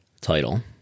title